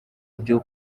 byo